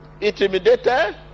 intimidated